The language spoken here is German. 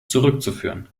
zurückzuführen